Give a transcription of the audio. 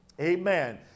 Amen